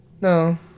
no